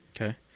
Okay